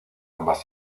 ambas